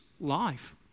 life